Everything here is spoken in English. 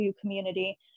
community